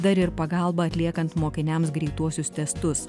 dar ir pagalbą atliekant mokiniams greituosius testus